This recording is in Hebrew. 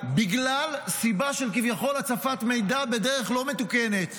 בגלל סיבה של כביכול הצפת מידע בדרך לא מתוקנת,